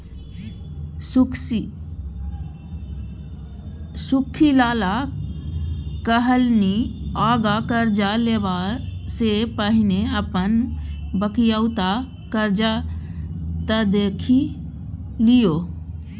सुख्खी लाला कहलनि आँगा करजा लेबासँ पहिने अपन बकिऔता करजा त देखि लियौ